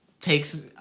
takes